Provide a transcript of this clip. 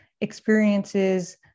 experiences